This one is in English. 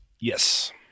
Yes